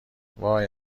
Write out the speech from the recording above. وای